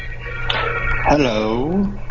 Hello